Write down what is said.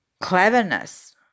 cleverness